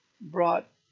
brought